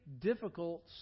difficult